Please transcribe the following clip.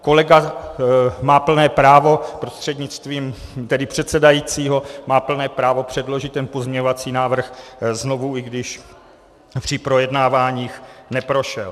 Kolega má plné právo prostřednictvím předsedajícího, má plné právo předložit ten pozměňovací návrh znovu, i když při projednáváních neprošel.